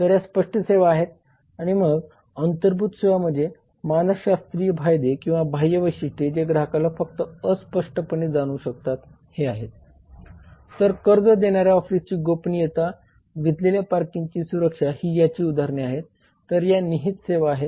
तर या स्पष्ट सेवा आहेत आणि मग अंतर्भूत सेवा म्हणजे मानसशास्त्रीय फायदे किंवा बाह्य वैशिष्ट्ये जे ग्राहकाला फक्त अस्पष्टपणे जाणवू शकतात हे आहेत तर कर्ज देणाऱ्या ऑफिसची गोपनीयता विझलेल्या पार्किंगची सुरक्षा ही याची उदाहरणे आहेत तर या निहित सेवा आहेत